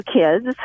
kids